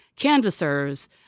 canvassers